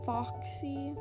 Foxy